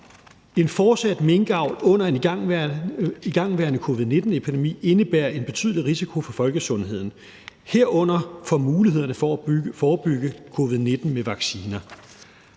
en fortsat minkavl under en igangværende covid-19-epidemi indebærer en betydelig risiko for folkesundheden, herunder for mulighederne for at forebygge covid-19 med vacciner.«